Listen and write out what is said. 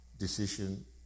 Decision